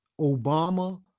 Obama